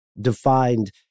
defined